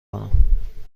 کنم